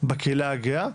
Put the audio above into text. בקהילה הגאה,